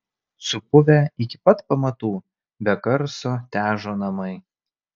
supuvę iki pat pamatų be garso težo namai